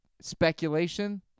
Speculation